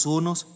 unos